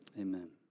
Amen